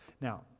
Now